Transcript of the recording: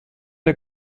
der